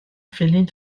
féline